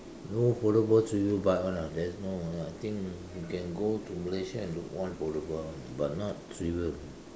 no foldable three wheel bike one lah there's no I think you can go to Malaysia and look one foldable one lah but not three wheel